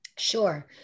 Sure